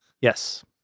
Yes